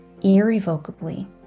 irrevocably